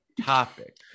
Topic